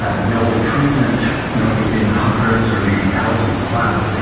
ah no treatment, you know, within hundreds or maybe thousands of miles,